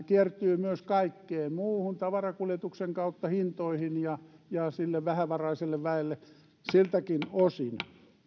kiertyy myös kaikkeen muuhun tavarankuljetuksen kautta hintoihin ja ja sille vähävaraiselle väelle siltäkin osin